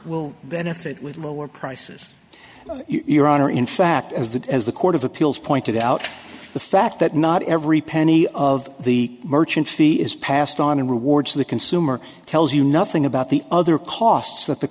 will benefit with lower prices your honor in fact as that as the court of appeals pointed out the fact that not every penny of the merchant fee is passed on and rewards to the consumer tells you nothing about the other costs that the